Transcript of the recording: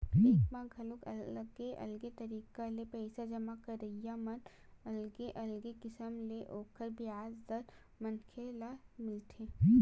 bank म घलो अलगे अलगे तरिका ले पइसा जमा करई म अलगे अलगे किसम ले ओखर बियाज दर मनखे ल मिलथे